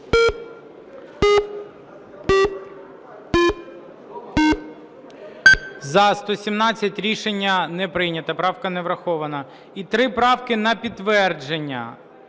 За-117 Рішення не прийнято. Правка не врахована. І три правки на підтвердження